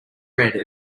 red